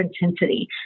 intensity